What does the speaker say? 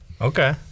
okay